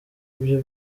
ibyo